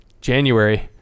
January